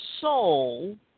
soul